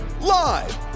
live